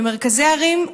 במרכזי הערים,